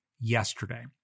yesterday